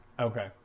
Okay